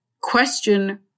question